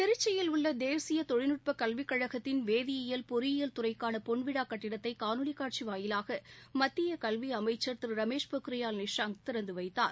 திருச்சியில் உள்ள தேசிய தொழிநுட்ப கல்விக் கழகத்தின் வேதியியல் பொறியியல் துறைக்கான பொன்விழா கட்டிடத்தை னணொலி காட்சி வாயிலாக மத்திய கல்வி அமைச்சர் திரு ரமேஷ் பொக்ரியால் நிஷாங் திறந்து வைத்தார்